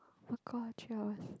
three hours